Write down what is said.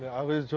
i will